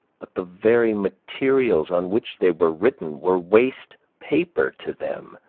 but the very materials on which they were written were waste paper to them,